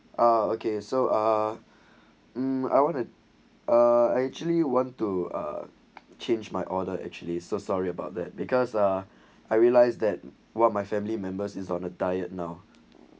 ah okay so ah mm I want to uh I actually want to uh change my order actually so sorry about that because ah I realise that what my family members is on a diet now